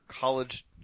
college